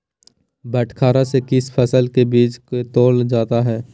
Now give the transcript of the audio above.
बटखरा से किस फसल के बीज को तौला जाता है?